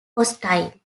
hostile